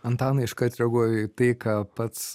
antanai iškart reaguoju į tai ką pats